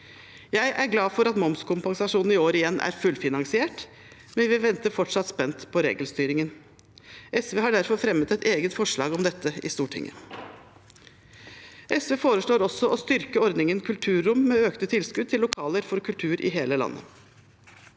Jeg er glad for at momskompensasjonen i år igjen blir fullfinansiert, men vi venter fortsatt spent på regelstyringen. SV har derfor fremmet et eget forslag om dette i Stortinget. SV foreslår også å styrke ordningen Kulturrom med økte tilskudd til lokaler for kultur i hele landet.